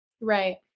Right